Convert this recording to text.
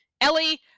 Ellie